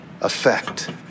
effect